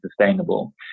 sustainable